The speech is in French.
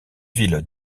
ville